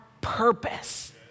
purpose